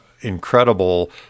incredible